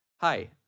Hi